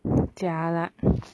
jialat